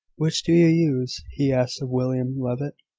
which do you use? he asked of william levitt.